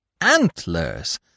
antlers